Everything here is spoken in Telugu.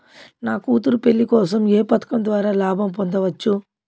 నా కూతురు పెళ్లి కోసం ఏ పథకం ద్వారా లాభం పొందవచ్చు?